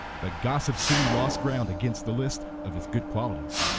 the gossip soon lost ground against the list of his good qualities.